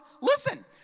listen